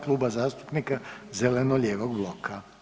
Kluba zastupnika zeleno-lijevog bloka.